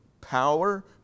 power